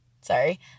sorry